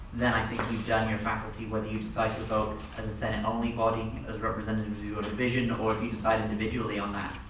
then i think you've done your faculty whether you decide to vote as a senate only body as representative to your division or if you decide individually on that,